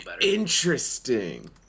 Interesting